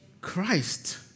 Christ